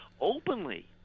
openly